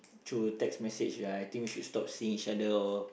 through text message like I think we should stop seeing each other or